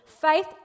Faith